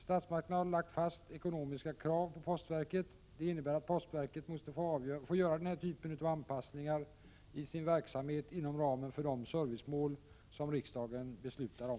Statsmakterna har lagt fast ekonomiska krav på postverket. Det innebär att postverket måste få göra den här typen av anpassningar i sin verksamhet inom ramen för de servicemål som riksdagen beslutar om.